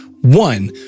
One